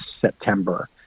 September